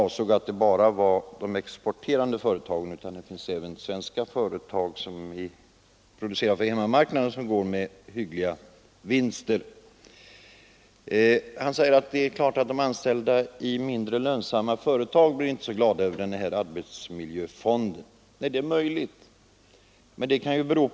Varför har denna lag kommit till?